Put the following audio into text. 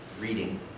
reading